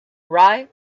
rye